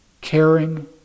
caring